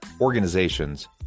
organizations